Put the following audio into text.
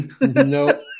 no